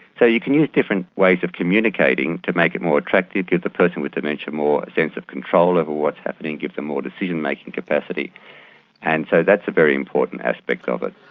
so you can use different ways of communicating to make it more attractive and give the person with dementia more a sense of control over what's happening, give them more decision making capacity and so that's a very important aspect of it.